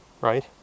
right